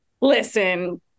listen